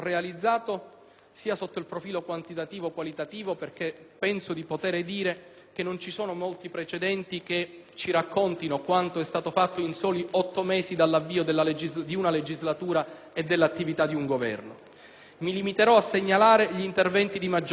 sia sotto il profilo quantitativo che qualitativo. Penso di poter dire che non ci sono molti precedenti che ci raccontino quanto è stato fatto in soli otto mesi dall'avvio di una legislatura e dell'attività di un Governo. Mi limiterò a segnalare gli interventi di maggior rilievo.